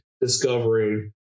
discovering